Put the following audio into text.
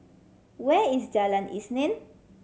where is Jalan Isnin